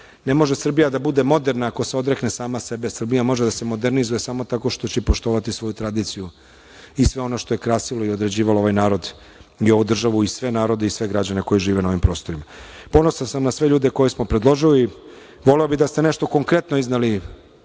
Ne može Srbija da bude moderna ako se odrekne sama sebe. Srbija može da se modernizuje samo tako što će poštovati svoju tradiciju i sve ono što je krasilo i određivalo ovaj narod i ovu državu i sve narode i sve građane koji žive na ovim prostorima. Ponosan sam na sve ljude koje smo predložili. Voleo bih da ste nešto konkretno izneli